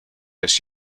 this